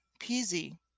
peasy